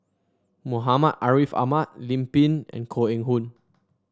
Muhammad Ariff Ahmad Lim Pin and Koh Eng Hoon